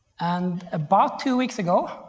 and about two weeks ago,